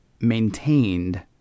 maintained